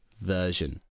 version